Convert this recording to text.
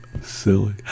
silly